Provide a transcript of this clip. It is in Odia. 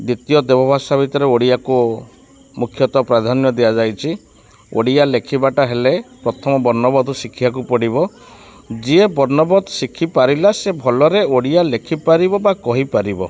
ଦ୍ୱିତୀୟ ଦେବ ଭାଷା ଭିତରେ ଓଡ଼ିଆକୁ ମୁଖ୍ୟତଃ ପ୍ରାଧାନ୍ୟ ଦିଆଯାଇଛି ଓଡ଼ିଆ ଲେଖିବାଟା ହେଲେ ପ୍ରଥମ ବର୍ଣ୍ଣବୋଧ ଶିଖିବାକୁ ପଡ଼ିବ ଯିଏ ବର୍ଣ୍ଣବୋଧ ଶିଖିପାରିଲା ସେ ଭଲରେ ଓଡ଼ିଆ ଲେଖିପାରିବ ବା କହିପାରିବ